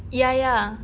ya ya